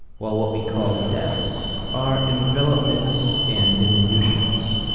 while what we call deaths are envelopments and diminutions.